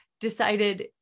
decided